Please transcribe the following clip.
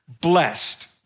blessed